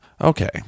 okay